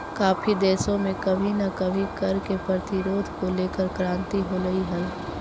काफी देशों में कभी ना कभी कर के प्रतिरोध को लेकर क्रांति होलई हल